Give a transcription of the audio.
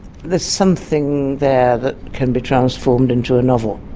there's something there that can be transformed into a novel.